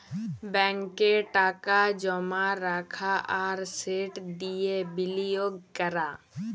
ব্যাংকে টাকা জমা রাখা আর সেট দিঁয়ে বিলিয়গ ক্যরা